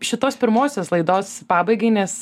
šitos pirmosios laidos pabaigai nes